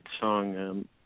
song